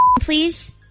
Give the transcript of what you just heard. please